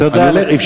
תודה, אדוני.